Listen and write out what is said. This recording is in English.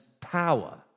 power